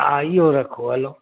हा इहो रखो हलो